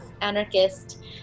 anarchist